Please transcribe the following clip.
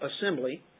assembly